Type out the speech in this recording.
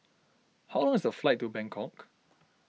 how long is the flight to Bangkok